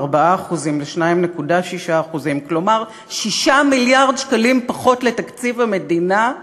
מ-4% ל-2.6% כלומר 6 מיליארד שקלים פחות לתקציב המדינה,